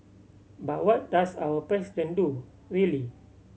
but what does our President do really